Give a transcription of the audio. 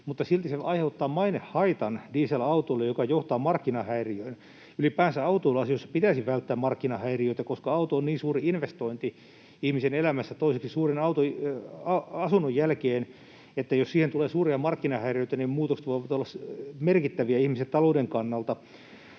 mutta silti se aiheuttaa dieselautoille mainehaitan, joka johtaa markkinahäiriöön. Ylipäänsä autoiluasioissa pitäisi välttää markkinahäiriöitä, koska auto on niin suuri investointi ihmisen elämässä — toiseksi suurin asunnon jälkeen — että jos siihen tulee suuria markkinahäiriöitä, niin muutokset voivat olla merkittäviä ihmisen talouden kannalta.